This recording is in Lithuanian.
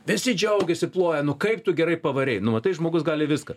visi džiaugiasi ploja nu kaip tu gerai pavarei nu matai žmogus gali viską